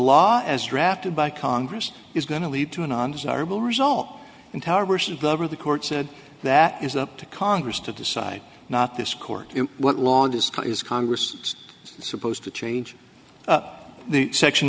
law as drafted by congress is going to lead to an undesirable result in power versus the other the court said that is up to congress to decide not this court what long discuss is congress supposed to change the section